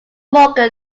morgan